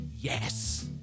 Yes